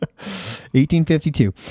1852